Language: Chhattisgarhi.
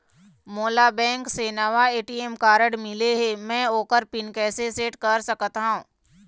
मोला बैंक से नावा ए.टी.एम कारड मिले हे, म ओकर पिन कैसे सेट कर सकत हव?